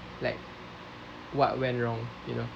like what went wrong you know